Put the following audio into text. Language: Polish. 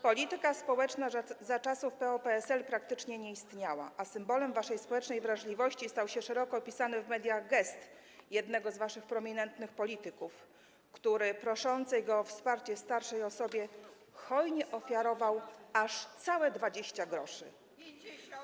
Polityka społeczna za czasów PO-PSL praktycznie nie istniała, a symbolem waszej społecznej wrażliwości stał się szeroko opisany w mediach gest jednego z waszych prominentnych polityków, który proszącej go o wsparcie starszej osobie hojnie ofiarował aż całe 20 gr.